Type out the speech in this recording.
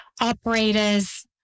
operators